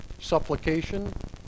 supplication